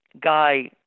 guy